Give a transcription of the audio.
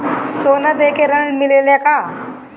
सोना देके ऋण मिलेला का?